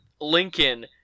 Lincoln